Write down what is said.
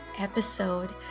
episode